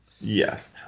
Yes